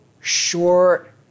short